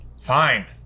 fine